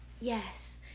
Yes